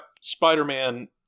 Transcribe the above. Spider-Man